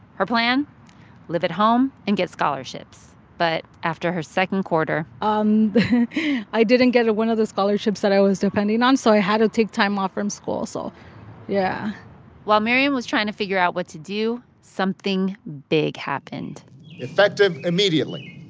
her plan live at home and get scholarships. but after her second quarter. um i didn't get one of the scholarships that i was depending on, so i had to take time off from school. so yeah while miriam was trying to figure out what to do, something big happened effective immediately,